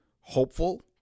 hopeful